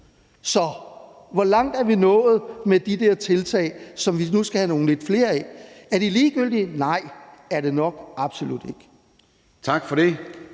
Så hvor langt er vi nået med de der tiltag, som vi nu skal have lidt flere af? Er de ligegyldige? Nej. Er det nok? Det er det